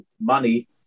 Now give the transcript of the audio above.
money